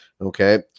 okay